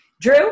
Drew